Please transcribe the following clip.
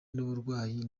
n’uburwayi